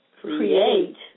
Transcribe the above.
create